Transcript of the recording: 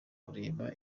kureba